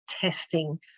testing